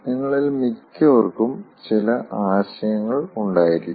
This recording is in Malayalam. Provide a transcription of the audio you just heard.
നിങ്ങളിൽ മിക്കവർക്കും ചില ആശയങ്ങൾ ഉണ്ടായിരിക്കാം